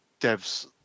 devs